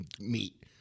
meat